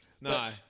No